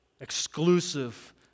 exclusive